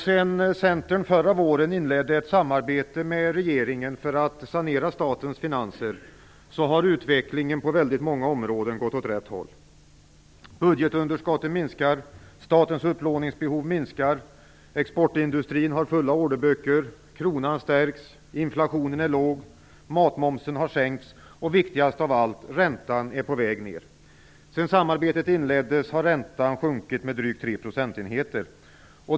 Sedan Centern förra våren inledde ett samarbete med regeringen för att sanera statens finanser har utvecklingen på väldigt många områden gått åt rätt håll. Budgetunderskottet minskar, statens upplåningsbehov minskar, exportindustrin har fulla orderböcker, kronan stärks, inflationen är låg, matmomsen har sänkts och, viktigast av allt, räntan är på väg ner. Sedan samarbetet inleddes har räntan sjunkit med drygt tre procentenheter.